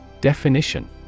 Definition